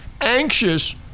anxious